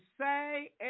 say